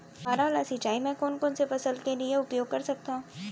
फवारा वाला सिंचाई मैं कोन कोन से फसल के लिए उपयोग कर सकथो?